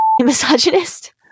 misogynist